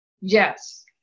Yes